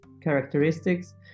characteristics